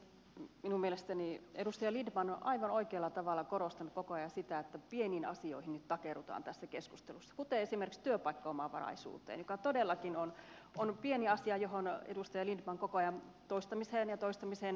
minun mielestäni edustaja lindtman on aivan oikealla tavalla korostanut koko ajan sitä että nyt takerrutaan tässä keskustelussa pieniin asioihin kuten esimerkiksi työpaikkaomavaraisuuteen joka todellakin on pieni asia johon edustaja lindtman koko ajan toistamiseen ja toistamiseen palaa